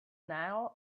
nile